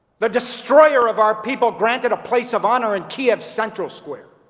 the destroyer of our people granted a place of honor in kiev's central square.